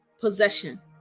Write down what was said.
possession